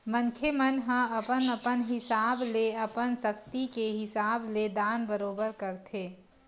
मनखे मन ह अपन अपन हिसाब ले अपन सक्ति के हिसाब ले दान बरोबर करथे